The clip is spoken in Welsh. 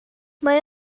mae